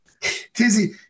Tizzy